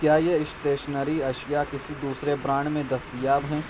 کیا یہ اسٹیشنری اشیاء کسی دوسرے برانڈ میں دستیاب ہیں